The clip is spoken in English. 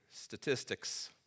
Statistics